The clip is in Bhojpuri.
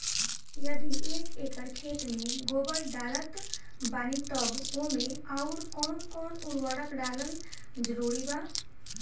यदि एक एकर खेत मे गोबर डालत बानी तब ओमे आउर् कौन कौन उर्वरक डालल जरूरी बा?